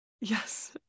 Yes